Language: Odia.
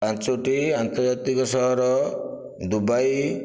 ପାଞ୍ଚଟି ଆନ୍ତର୍ଜାତିକ ସହର ଦୁବାଇ